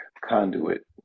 Conduit